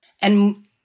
And-